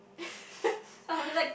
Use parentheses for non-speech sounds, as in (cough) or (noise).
(laughs)